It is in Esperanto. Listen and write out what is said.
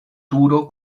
turo